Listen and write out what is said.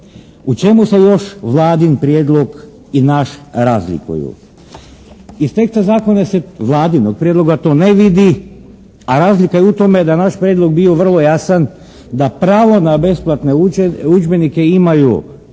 U čemu se još Vladin prijedlog i naš razlikuju? Iz teksta zakona se, Vladinog prijedloga, to ne vidi, a razlika je u tome da je naš prijedlog bio vrlo jasan da pravo na besplatne udžbenike imaju